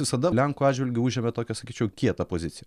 visada lenkų atžvilgiu užėmė tokią sakyčiau kietą poziciją